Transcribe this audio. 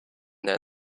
their